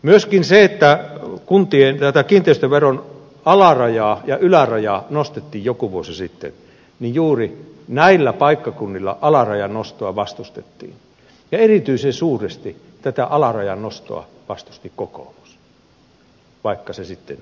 myöskin kun kiinteistöveron alarajaa ja ylärajaa nostettiin jokin vuosi sitten juuri näillä paikkakunnilla alarajan nostoa vastustettiin ja erityisen suuresti tätä alarajan nostoa vastusti kokoomus vaikka se sitten toteutettiin